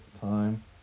time